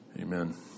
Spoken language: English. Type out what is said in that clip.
amen